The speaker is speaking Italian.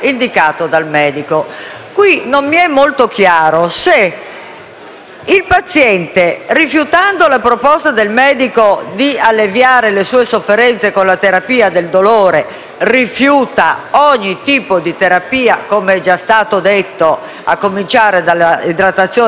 il paziente, rifiutando la proposta del medico di alleviare le sue sofferenze con la terapia del dolore, rifiuti ogni tipo di terapia, come già stato detto, a cominciare dall'idratazione e dalla nutrizione. In questo caso, invece, il medico deve